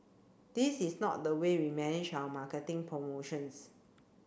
this is not the way we manage our marketing promotions